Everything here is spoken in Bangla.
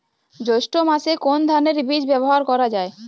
জৈষ্ঠ্য মাসে কোন ধানের বীজ ব্যবহার করা যায়?